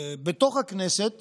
בתוך הכנסת